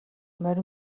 морь